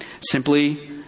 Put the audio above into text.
simply